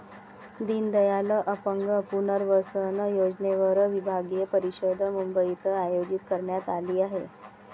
दीनदयाल अपंग पुनर्वसन योजनेवर विभागीय परिषद मुंबईत आयोजित करण्यात आली आहे